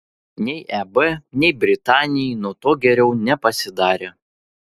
nei eb nei britanijai nuo to geriau nepasidarė